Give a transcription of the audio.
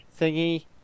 thingy